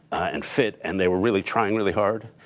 and fit, and they were really trying really hard.